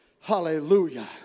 Hallelujah